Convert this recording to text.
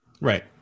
Right